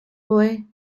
boy